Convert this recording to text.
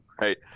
Right